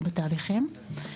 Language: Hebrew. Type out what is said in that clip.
הוא בתהליכים,